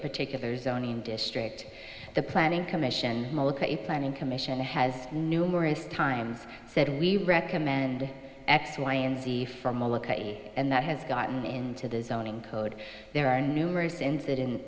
particular zoning district the planning commission a planning commission has numerous times said we recommend x y and z from and that has gotten into the zoning code there are numerous incident